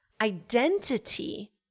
Identity